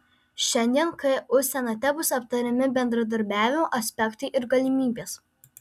šiandien ku senate bus aptariami bendradarbiavimo aspektai ir galimybės